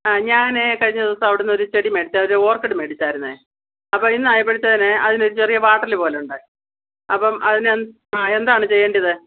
ആ ഞാനെ കഴിഞ്ഞദിവസം അവിടുന്ന് ഒരു ചെടി മേടിച്ച് ഒരു ഓര്ക്കിഡ് മേടിച്ചായിരുന്നെ അപ്പോൾ ഇന്ന് ആയപ്പഴ്ത്തേന് അതിനൊരു ചെറിയ വാട്ടലുപോലെ ഉണ്ട് അപ്പം അതിനെ ആ എന്താണ് ചെയ്യേണ്ടത്